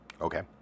Okay